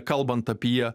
kalbant apie